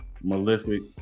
Malefic